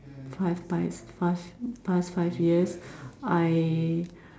five pies past past five years I